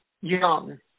young